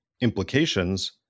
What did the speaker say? implications